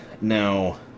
Now